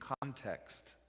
context